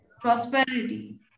prosperity